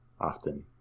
often